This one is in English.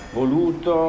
voluto